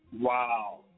Wow